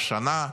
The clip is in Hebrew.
שנה,